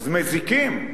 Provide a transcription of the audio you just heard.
אז מזיקים.